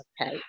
Okay